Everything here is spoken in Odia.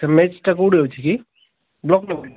ସାର୍ ମ୍ୟାଚ୍ଟା କେଉଁଠି ହେଉଛିକି ବ୍ଲକ୍ ଲେବୁଲ୍ରେ